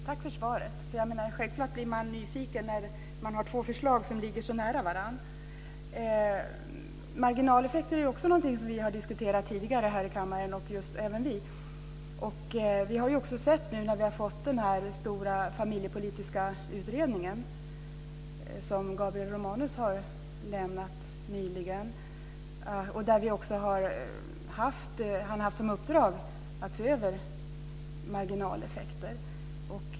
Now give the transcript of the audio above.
Fru talman! Tack för svaret! Självklart blir man nyfiken när det är två förslag som ligger så nära varandra. Marginaleffekter är också någonting som vi har diskuterat tidigare här i kammaren, även vi. Gabriel Romanus har nyligen lämnat den här stora familjepolitiska utredningen. Han har haft som uppdrag att se över marginaleffekter.